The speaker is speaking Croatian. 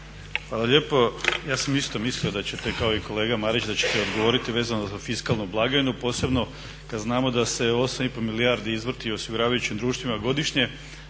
Hvala lijepo. Ja sam isto mislio, kao i kolega Marić, da ćete odgovoriti vezano za fiskalnu blagajnu posebno kada znamo da se 8,5 milijardi izvrti u osiguravajućim godišnje